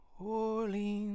Orleans